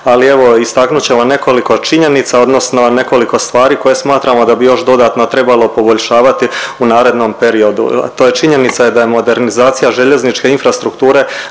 evo istaknut ćemo nekoliko činjenica odnosno nekoliko stvari koje smatramo da bi još dodatno trebalo poboljšavati u narednom periodu, a to je činjenica je da je modernizacija željezničke infrastrukture